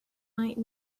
might